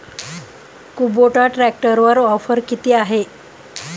Kubota ट्रॅक्टरवर offer किती आहे?